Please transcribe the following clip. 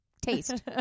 Taste